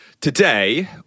Today